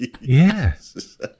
Yes